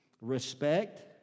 respect